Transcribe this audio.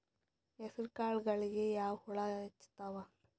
ಹೆಸರ ಕಾಳುಗಳಿಗಿ ಯಾಕ ಹುಳ ಹೆಚ್ಚಾತವ?